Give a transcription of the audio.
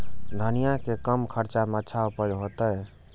धनिया के कम खर्चा में अच्छा उपज होते?